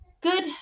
Good